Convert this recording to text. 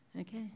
Okay